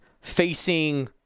facing